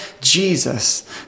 Jesus